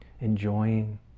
enjoying